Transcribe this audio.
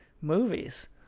movies